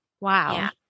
Wow